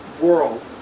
world